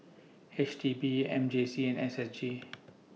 H D B M J C and S S G